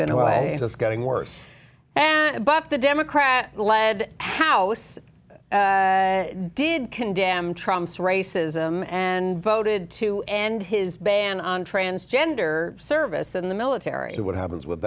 been away and it's getting worse and but the democrat led house did condemn trumps racism and voted to end his ban on transgender service in the military what happens with